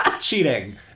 Cheating